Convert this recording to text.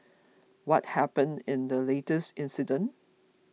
what happened in the latest incident